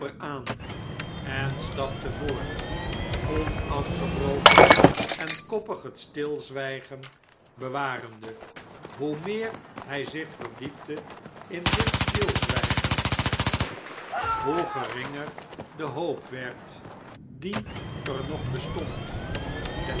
aan en stapte voort onafgebroken en koppig het stilzwggen bewarende hoe meer hg zich verdiepte in dit stilzwijgen hoe geringer de hoop werd die er nog bestond